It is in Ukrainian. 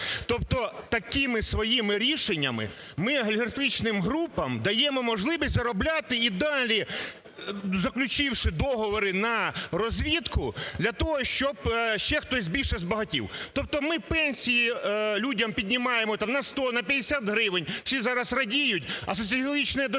Тобто такими своїми рішеннями ми олігархічним групам даємо можливість заробляти і далі, заключивши договори на розвідку для того, щоб ще хтось більше збагатів. Тобто ми пенсії людям піднімаємо там на 100, на 50 гривень, всі зараз радіють, а соціологічне дослідження